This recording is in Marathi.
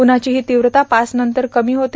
उन्हाची ही तीव्रता पाच नंतर कमी होते